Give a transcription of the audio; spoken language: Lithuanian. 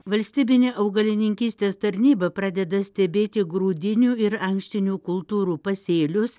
valstybinė augalininkystės tarnyba pradeda stebėti grūdinių ir ankštinių kultūrų pasėlius